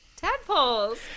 tadpoles